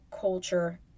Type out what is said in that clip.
culture